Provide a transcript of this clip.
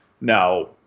Now